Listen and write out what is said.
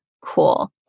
cool